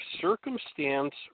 circumstance